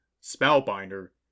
Spellbinder